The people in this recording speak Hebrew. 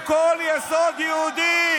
אתם הורסים כל יסוד יהודי.